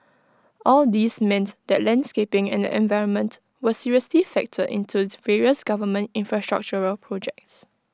all these meant that landscaping and the environment were seriously factored into various government infrastructural projects